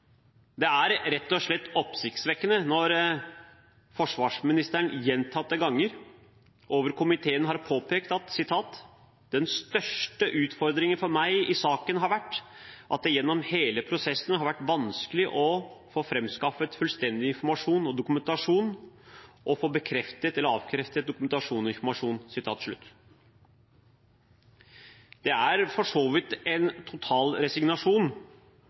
Det er rett og slett oppsiktsvekkende når forsvarsministeren gjentatte ganger har sagt – noe som komiteen også har påpekt: «Den største utfordringen for meg i saken har vært at det gjennom hele prosessen har vært vanskelig å få framskaffet fullstendig informasjon og dokumentasjon og å få bekreftet eller avkreftet dokumentasjon og informasjon.» Det er for så vidt en total resignasjon,